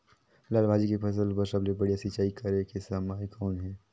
लाल भाजी के फसल बर सबले बढ़िया सिंचाई करे के समय कौन हे?